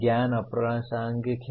ज्ञान अप्रासंगिक है